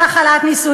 זה חוק גזעני.